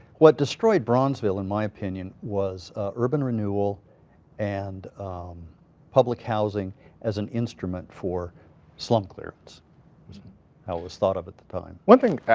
what destroyed bronzeville, in my opinion, was urban renewal and public housing as an instrument for slump clearance was how it was thought of at the time. one thing,